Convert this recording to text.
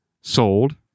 sold